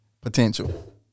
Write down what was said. potential